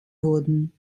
wurden